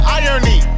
irony